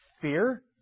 Fear